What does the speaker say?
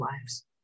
lives